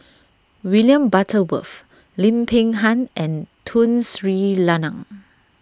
William Butterworth Lim Peng Han and Tun Sri Lanang